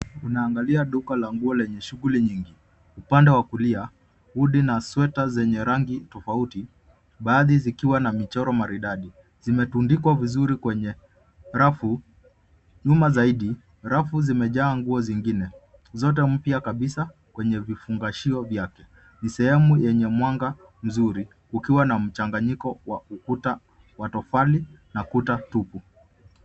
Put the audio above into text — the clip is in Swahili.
Tunaangalia duka la nguo lenye shughuli nyingi. Upande wa kulia, hoodie na sweta zenye rangi tofauti, baadhi zikiwa na michoro maridadi, zimetundikwa vizuri kwenye rafu. Nyuma zaidi, rafu zimejaa nguo zingine zote mpya kabisa kwenye vifungashio vyake. Ni sehemu yenye mwanga mzuri ukiwa na mchanganyiko wa kuta wa tofali na kuta tupu.